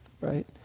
right